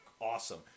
Awesome